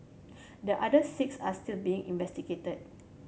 the other six are still being investigated